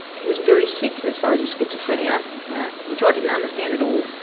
he was very sick as far as his schizophrenia yeah which i didn't understand at all,